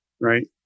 right